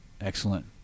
Excellent